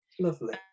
Lovely